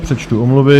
Přečtu omluvy.